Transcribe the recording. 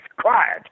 quiet